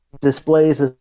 displays